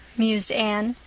mused anne.